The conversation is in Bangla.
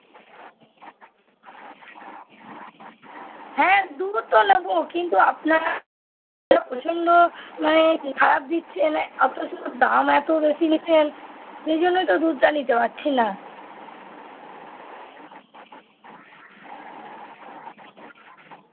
হ্যাঁ দুধ তো লাগবো কিন্তু আপনার প্রচণ্ড মানে খারাপ দিচ্ছেন অথচ দাম এত বেশি নিচ্ছেন সেই জন্যেই তো দুধটা নিতে পারছি না